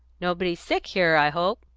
nobody sick here, i hope?